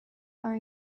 are